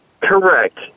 Correct